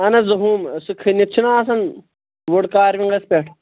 اَہَن حظ ہُم سُہ کھٔنِتھ چھِنَہ آسان وُڈ کاروِنٛگَس پٮ۪ٹھ